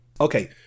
Okay